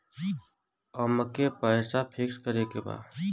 अमके पैसा फिक्स करे के बा?